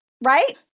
Right